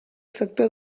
sector